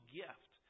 gift